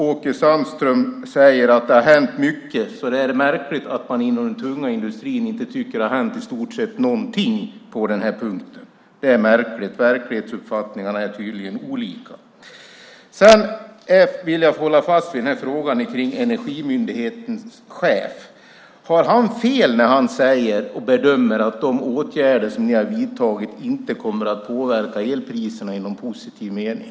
Åke Sandström säger att det har hänt mycket. Då är det märkligt att man inom den tunga industrin tycker att det inte har hänt i stort sett någonting på den här punkten. Verklighetsuppfattningarna är tydligen olika. Jag vill hålla fast vid frågan om Energimyndighetens chef. Har han fel när han bedömer att de åtgärder som ni har vidtagit inte kommer att påverka elpriserna i någon positiv mening?